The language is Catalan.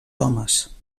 homes